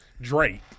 Drake